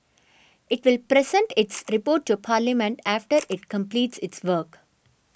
it will present its report to Parliament after it completes its work